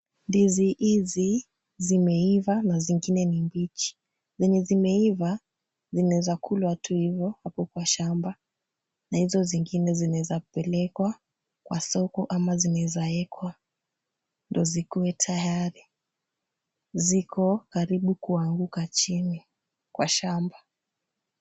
Ndizi hizi zimeiva na zingine ni mbichi. Zenye zimeiva zinaeza kulwa tu hivo hapo kwa shamba na hizo zingine zinaeza pelekwa kwa soko ama zinaeza ekwa ndo zikuwe tayari. Ziko karibu kuanguka chini kwa shamba.